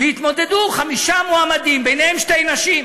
והתמודדו חמישה מועמדים, ביניהם שתי נשים.